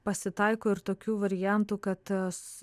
pasitaiko ir tokių variantų kad tas